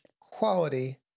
quality